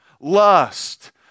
lust